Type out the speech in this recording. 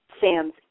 Sam's